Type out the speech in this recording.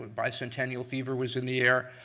bicentennial fever was in the air,